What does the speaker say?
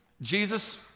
Jesus